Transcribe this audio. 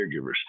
caregivers